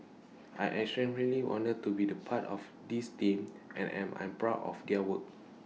I'm extremely honoured to be the part of this team and am an proud of their work